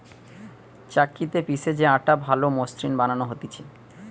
চাক্কিতে পিষে যে আটা ভালো মসৃণ বানানো হতিছে